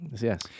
Yes